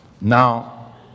Now